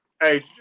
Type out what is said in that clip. hey